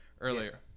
earlier